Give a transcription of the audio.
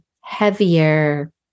heavier